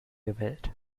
gewählt